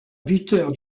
buteur